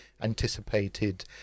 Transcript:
anticipated